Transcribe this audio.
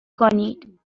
کنید